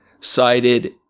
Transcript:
cited